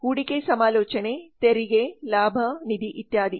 ಹೂಡಿಕೆ ಸಮಾಲೋಚನೆ ತೆರಿಗೆ ಲಾಭ ನಿಧಿ ಇತ್ಯಾದಿ